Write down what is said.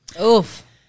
Oof